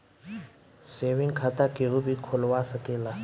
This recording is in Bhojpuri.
सेविंग खाता केहू भी खोलवा सकेला